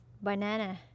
banana